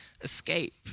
escape